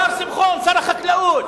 השר שמחון, שר החקלאות.